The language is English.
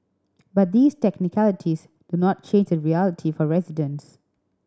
but these technicalities do not change the reality for residents